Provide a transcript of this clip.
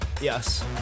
Yes